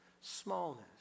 smallness